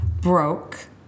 broke